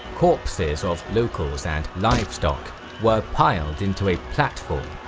corpses of locals and livestock were piled into a platform.